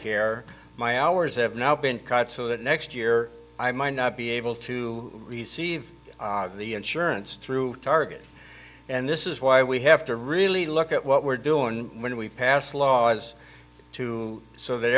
care my hours have now been cut so that next year i might not be able to receive the insurance through target and this is why we have to really look at what we're doing when we pass laws to so that